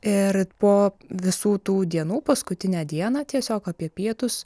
ir po visų tų dienų paskutinę dieną tiesiog apie pietus